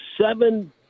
seven